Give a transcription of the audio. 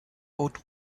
haute